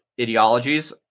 ideologies